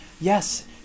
Yes